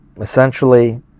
essentially